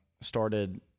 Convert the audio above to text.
started